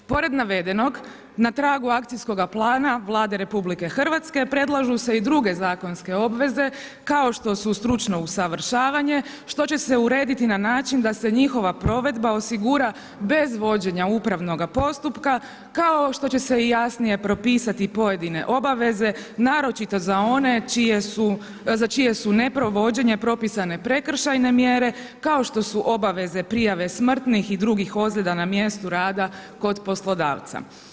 Pored navedenog, na tragu akcijskog plana Vlada RH predlažu se i druge zakonske obveze kao što su stručno usavršavanje što će se urediti na način da se njihova provedba osigura bez vođenja upravnoga postupka kao što će se i jasnije propisati pojedine obaveze naročito za one za čije su neprovođenje propisane prekršajne mjere kao što su obaveze prijave smrtnih i drugih ozljeda na mjestu rada kod poslodavca.